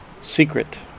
secret